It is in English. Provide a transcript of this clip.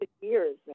years